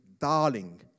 darling